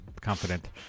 confident